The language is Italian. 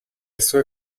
sue